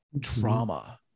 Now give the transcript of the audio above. trauma